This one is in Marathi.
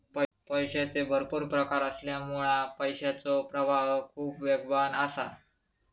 पैशाचे भरपुर प्रकार असल्यामुळा पैशाचो प्रवाह खूप वेगवान असा